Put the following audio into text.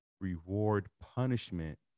reward-punishment